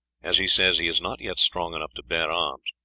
as he says, he is not yet strong enough to bear arms,